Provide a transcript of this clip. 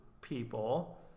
people